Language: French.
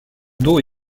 dos